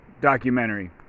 documentary